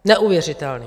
Neuvěřitelný.